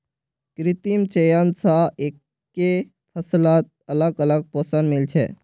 कृत्रिम चयन स एकके फसलत अलग अलग पोषण मिल छे